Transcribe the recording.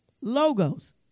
logos